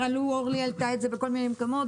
ואורלי כבר העלתה את זה בכל מיני מקומות,